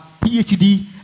PhD